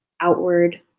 outward